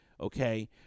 okay